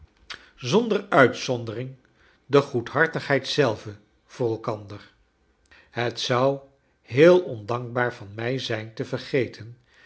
zonder uitzondering de goedhartigheid zelve voor elkander het zou heel ondankbaar van mij zijn te vergeten